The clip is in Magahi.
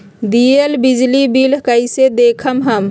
दियल बिजली बिल कइसे देखम हम?